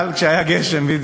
כשהיה גשם.